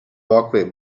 walkway